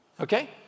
Okay